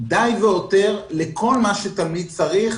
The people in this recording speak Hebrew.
די והותר לכל מה שתלמיד צריך.